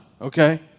okay